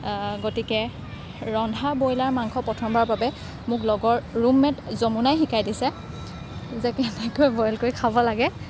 গতিকে ৰন্ধা ব্ৰইলাৰ মাংস প্ৰথমবাৰৰ বাবে মোক লগৰ ৰূমমেট যমুনাই শিকাই দিছে যে কেনেকৈ বইল কৰি খাব লাগে